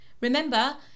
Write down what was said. remember